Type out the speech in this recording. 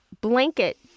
blanket